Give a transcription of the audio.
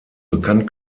bekannt